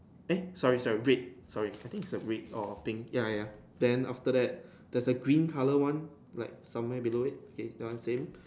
eh sorry sorry red sorry I think is a red or pink ya ya ya then after that there is a green color one like somewhere below it okay that one same